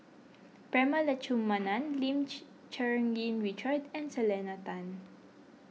Prema Letchumanan Lim Cherng Yih Richard and Selena Tan